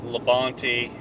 Labonte